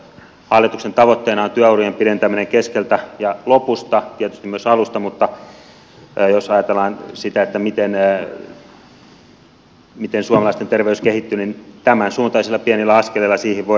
hallituksen tavoitteena on työurien pidentäminen keskeltä ja lopusta tietysti myös alusta mutta jos ajatellaan sitä miten suomalaisten terveys kehittyy niin tämän suuntaisilla pienillä askeleilla siihen voidaan vaikuttaa